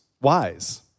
wise